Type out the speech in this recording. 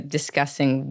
discussing